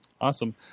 Awesome